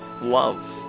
love